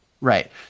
Right